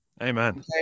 Amen